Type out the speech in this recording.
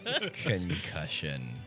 Concussion